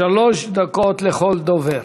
שלוש דקות לכל דובר.